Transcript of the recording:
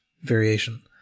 variation